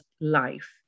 life